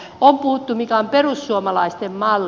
on puhuttu mikä on perussuomalaisten malli